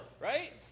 right